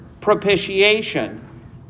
propitiation